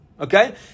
Okay